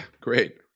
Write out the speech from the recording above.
great